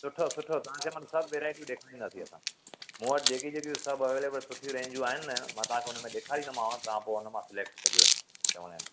सुठो सुठो तव्हां खे मां सभु वेरायटी ॾेखारींदासीं असां मूं वटि जेकी जेकी सभु अवेलिबल सुठियूं रेन्जयूं आहिनि न उन में मां तव्हां खे ॾेखारींदोमांव तव्हां पोइ हुन मां सिलेक्ट कजो चवण जो मतलबु